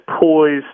poised